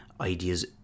ideas